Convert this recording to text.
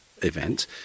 event